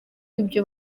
ibyo